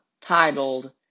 titled